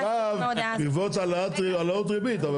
עכשיו בעקבות העלאות ריבית.